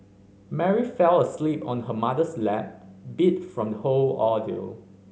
Mary fell asleep on her mother's lap beat from the whole ordeal